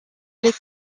les